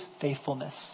faithfulness